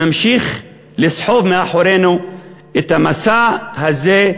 נמשיך לסחוב מאחורינו את המשא הזה,